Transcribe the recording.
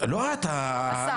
לא את, השר.